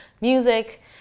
music